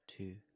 two